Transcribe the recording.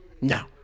no